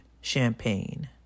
champagne